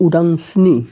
उदांस्रिनि